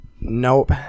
nope